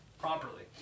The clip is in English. properly